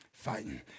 fighting